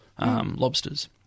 lobsters